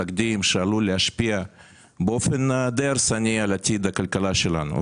תקדים שעלול להשפיע באופן הרסני על עתיד הכלכלה שלנו.